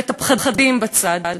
ואת הפחדים בצד,